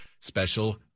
special